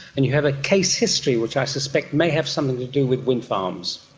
and you have a case history which i suspect may have something to do with windfarms.